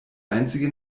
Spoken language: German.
einzige